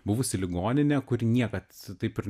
buvusi ligoninė kuri niekad taip ir